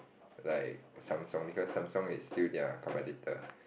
like Samsung because Samsung is still their competitor